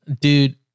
Dude